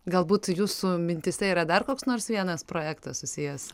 galbūt jūsų mintyse yra dar koks nors vienas projektas susijęs